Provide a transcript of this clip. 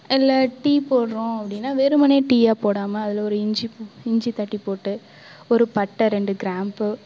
இல்லை டீ போடுறோம் அப்படின்னா வெறுமனே டீயாக போடாமல் அதில் ஒரு இஞ்சி இஞ்சி தட்டி போட்டு ஒரு பட்டை ரெண்டு கிராம்பு